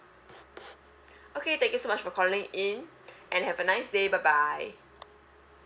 okay thank you so much for calling in and have a nice day bye bye